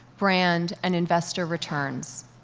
brand, and investor returns.